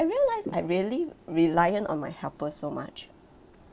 realised I really reliant on my helper so much